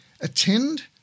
attend